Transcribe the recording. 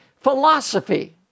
philosophy